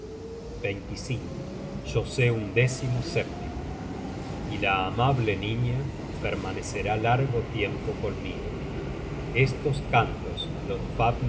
alma yo sé un décimosétimo y la amable niña permanecerá largo tiempo conmigo estos content from